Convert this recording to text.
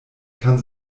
kann